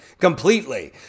completely